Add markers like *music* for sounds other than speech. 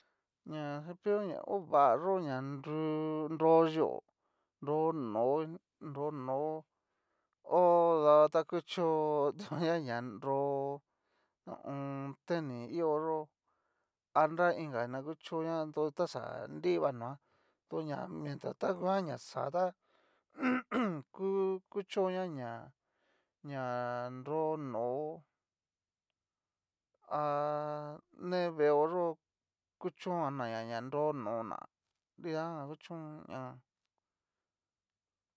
Ña cepillo ña ovayó ña nro yú'o nro no'o, ho davo ta kuchó *laughs* tanguan ña nro ho o on. tenis iho yó, a nra inka na kuchó ná do ta xa nriva noa to mientras ta nguan na xá ta *noise* kú kuchoña ná ña nro nó'o, ha. ne veeo yó yuchonga na ña na nro nó'o ná nridajan kuchón najan.